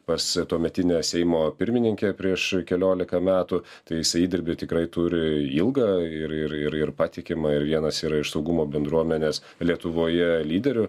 pas tuometinę seimo pirmininkę prieš keliolika metų tai jisai įdirbį tikrai turi ilgą ir ir ir ir patikimą ir vienas yra iš saugumo bendruomenės lietuvoje lyderių